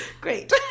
Great